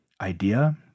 idea